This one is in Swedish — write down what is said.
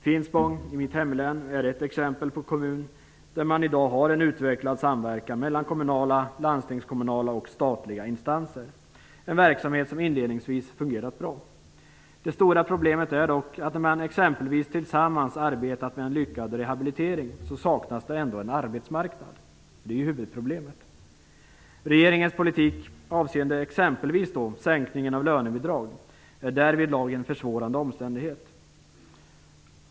Finspång i mitt hemlän är ett exempel på en kommun där man i dag har en utvecklad samverkan mellan kommunala, landstingskommunala och statliga instanser. Det är en verksamhet som inledningsvis fungerat bra. Det stora problemet är dock att när man t.ex. tillsammans arbetat med en lyckad rehabilitering saknas det ändå en arbetsmarknad. Det är huvudproblemet. Regeringens politik avseende exempelvis sänkningen av lönebidragen är därvidlag en försvårande omständighet.